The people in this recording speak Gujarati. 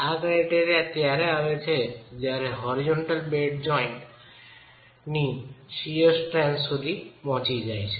આ ક્રાયટેરિયા ત્યારે આવે છે જ્યારે હોરીજોંનટલ બેડ જોઈન્ટ સાંધાની શિયર સ્ટ્રેન્થ સુધી પહોંચી જાય છે